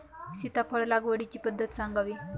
सीताफळ लागवडीची पद्धत सांगावी?